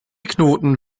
knoten